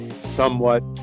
somewhat